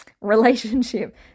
relationship